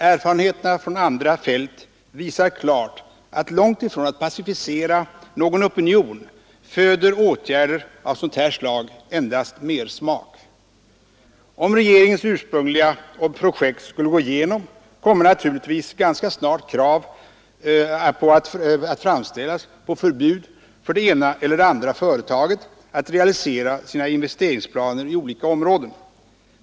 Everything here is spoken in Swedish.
Erfarenheterna från andra fält visar klart att långtifrån att pacificera någon opinion ger åtgärder av sådant här slag endast mersmak. Om regeringens ursprungliga projekt skulle gå igenom kommer naturligtvis ganska snart krav att framställas på förbud för det ena eller det andra företaget att realisera sina investeringsplaner i olika områden.